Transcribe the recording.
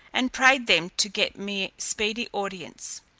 and prayed them to get me speedy audience.